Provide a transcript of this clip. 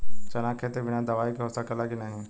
चना के खेती बिना दवाई के हो सकेला की नाही?